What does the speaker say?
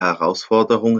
herausforderungen